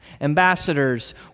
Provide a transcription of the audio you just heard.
ambassadors